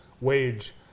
wage